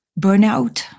burnout